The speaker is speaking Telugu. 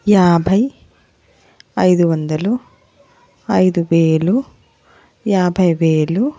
యాభై ఐదు వందలు ఐదువేలు యాభై వేలు